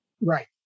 Right